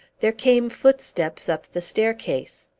there came footsteps up the staircase.